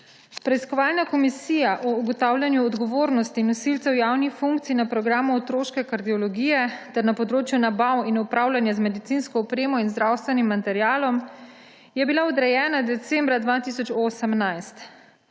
Preiskovalna komisija o ugotavljanju odgovornosti nosilcev javnih funkcij na programu otroške kardiologije ter na področju nabav in upravljanja z medicinsko opremo in zdravstvenim materialom je bila odrejena decembra 2018,